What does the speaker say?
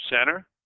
center